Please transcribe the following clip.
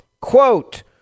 Quote